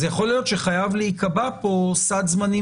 אז יכול להיות שחייב להיקבע פה סד זמנים